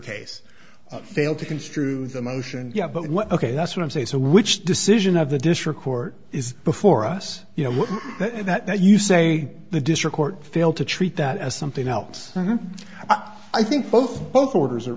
case failed to construe the motion yet but what ok that's what i'm saying so which decision of the district court is before us you know what that you say the district court failed to treat that as something else i think both both orders are